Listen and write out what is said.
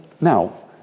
now